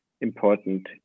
important